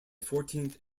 fourteenth